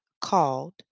called